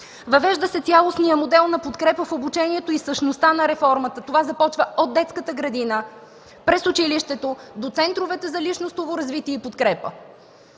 Въвежда се цялостният модел на подкрепа в обучението и същността на реформата. Това започва от детската градина през училището до центровете за личностно развитие и подкрепа.